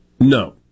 No